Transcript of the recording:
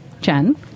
Jen